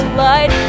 light